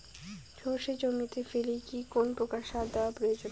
সর্ষে জমিতে ফেলে কি কোন প্রকার সার দেওয়া প্রয়োজন?